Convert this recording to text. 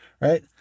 right